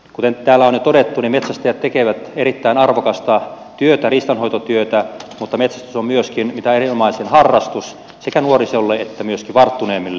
kuten täällä on jo todettu metsästäjät tekevät erittäin arvokasta riistanhoitotyötä mutta metsästys on myöskin mitä erinomaisin harrastus sekä nuorisolle että myöskin varttuneemmille